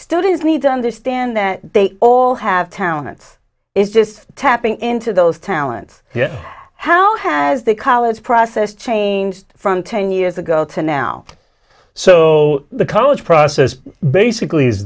students need to understand that they all have talents is just tapping into those talents how has the college process changed from ten years ago to now so the college process basically